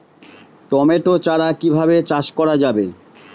Tomato চারা কিভাবে চাষ করা যাবে?